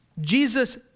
Jesus